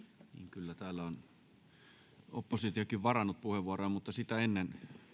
kyllä täällä on oppositiokin varannut puheenvuoroja mutta sitä ennen